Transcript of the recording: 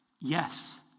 Yes